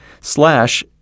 slash